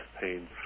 pain